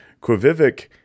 Quivivic